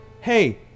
hey